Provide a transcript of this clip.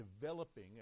developing